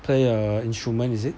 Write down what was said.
play a instrument is it